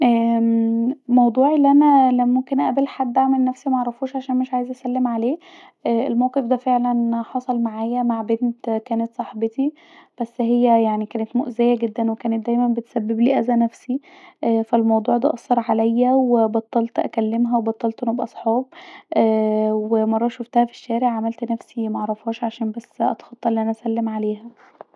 ااااممم موضوع الي انا ممكن اقابل حد اعمل نفسي معرفوش عشان مش عايزه اسلم عليه الموقف ده فعلا حصل معايا كان مع واحده صاحبتي بس هي كانت مؤذيه جدا وكانت دايما بتسببلي اذي نفسي ف الموضوع ده أثر عليا ف بطلت اكلمها وبطلت نبقي صحاب ومره شوفتها في الشارع عملت نفسي معرفعاش عشان بس اتخطي الاذي النفسي